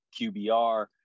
QBR